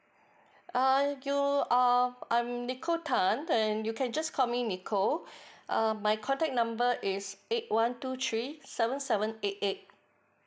err you err I'm nikko tan and you can just call me nikko err my contact number is eight one two three seven seven eight eight